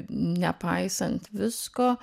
nepaisant visko